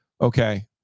okay